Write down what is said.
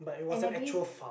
and I believe